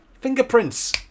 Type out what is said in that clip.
Fingerprints